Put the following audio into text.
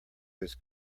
his